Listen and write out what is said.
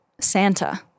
Santa